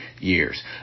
years